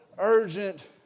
urgent